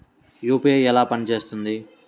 UPI ఎలా పనిచేస్తుంది?